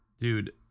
dude